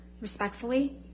respectfully